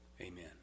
Amen